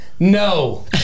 no